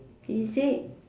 is it